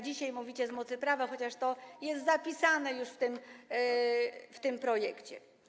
Dzisiaj mówicie: z mocy prawa, chociaż to jest zapisane już w tym projekcie.